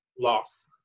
loss